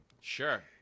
Sure